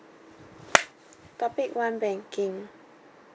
topic one banking